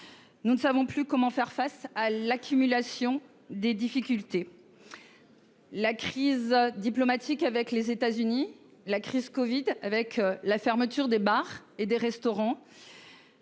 Nous ne savons plus comment faire face à l'accumulation des difficultés. La crise diplomatique avec les États-Unis, la crise covid, avec la fermeture des bars et des restaurants,